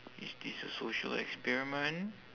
is this a social experiment